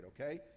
okay